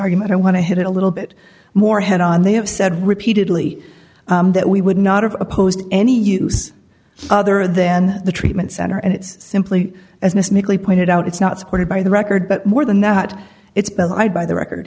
argument i want to hit it a little bit more head on they have said repeatedly that we would not have opposed any use other than the treatment center and it's simply as miss milly pointed out it's not supported by the record but more than that it's belied by the record